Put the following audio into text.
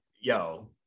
yo